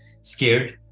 scared